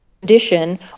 condition